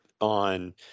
on